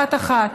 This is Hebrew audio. אחת-אחת.